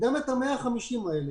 אפילו את ה-150 האלה